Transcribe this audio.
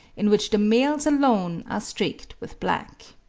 in which the males alone are streaked with black.